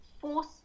force